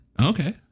Okay